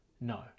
no